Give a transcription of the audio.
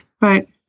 Right